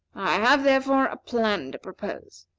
i have, therefore, a plan to propose.